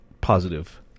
positive